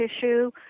tissue